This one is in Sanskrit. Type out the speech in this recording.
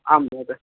आम् महोदय